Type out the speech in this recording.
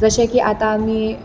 जशें की आतां आमी